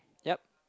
yup